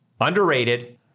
underrated